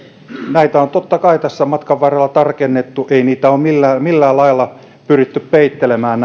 näitä on totta kai tässä matkan varrella tarkennettu ei niitä vaikutuksia ole millään millään lailla pyritty peittelemään